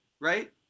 right